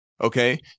okay